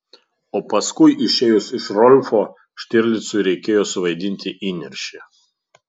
o paskui išėjus iš rolfo štirlicui reikėjo suvaidinti įniršį